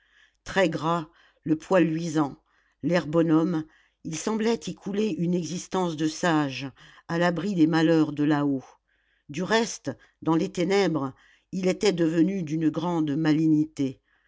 très gras le poil luisant l'air bonhomme il semblait y couler une existence de sage à l'abri des malheurs de là-haut du reste dans les ténèbres il était devenu d'une grande malignité